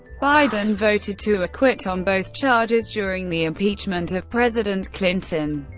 biden voted to acquit on both charges during the impeachment of president clinton.